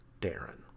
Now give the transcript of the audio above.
Darren